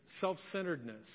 self-centeredness